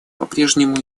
попрежнему